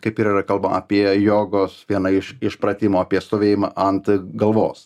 kaip ir yra kalbam apie jogos vieną iš iš pratimo apie stovėjimą ant galvos